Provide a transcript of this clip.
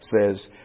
says